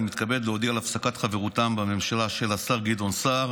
אני מתכבד להודיע על הפסקת חברותם בממשלה של השר גדעון סער